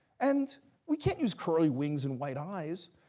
and we can't use curly wings and white eyes,